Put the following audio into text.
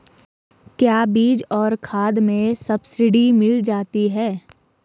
क्या बीज और खाद में सब्सिडी मिल जाती है?